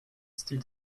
style